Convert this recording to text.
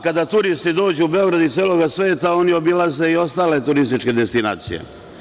Kada turisti dođu u Beograd iz celoga sveta, oni obilaze i ostale turističke destinacije.